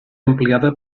ampliada